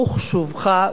ברוך רופא חולים.